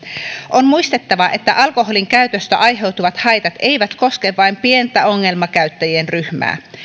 on muistettava että alkoholin käytöstä aiheutuvat haitat eivät koske vain pientä ongelmakäyttäjien ryhmää